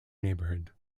neighborhood